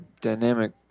dynamic